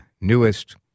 newest